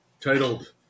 titled